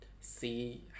see